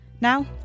Now